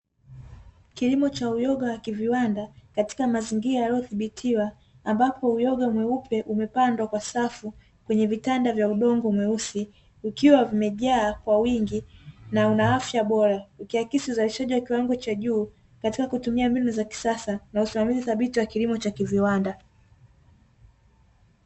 Kilimo uyoga wa kiviwanda, katika mazingira yaliyodhibitiwa, ambapo uyoga mweupe umepandwa kwa safu kwenye vitanda vya udongo mweusi, ukiwa umejaa kwa wingi na una afya bora, ukiakisi uzalishaji wa kiwanda cha juu katika kutumia mbinu za kisasa usimamizi wa thabiti wa kilmo cha kiviwanda.